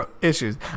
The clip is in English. Issues